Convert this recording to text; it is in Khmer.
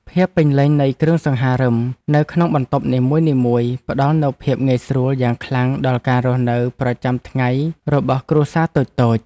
ភាពពេញលេញនៃគ្រឿងសង្ហារិមនៅក្នុងបន្ទប់នីមួយៗផ្ដល់នូវភាពងាយស្រួលយ៉ាងខ្លាំងដល់ការរស់នៅប្រចាំថ្ងៃរបស់គ្រួសារតូចៗ។